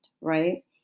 right